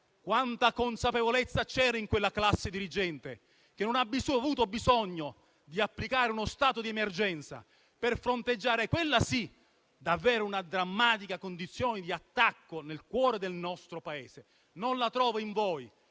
Quanta consapevolezza c'era in quella classe dirigente, che non ha avuto bisogno di applicare uno stato di emergenza per fronteggiare una drammatica, quella sì, condizione di attacco al cuore del nostro Paese. Non la trovo in voi